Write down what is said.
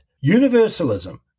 universalism